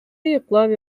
йоклап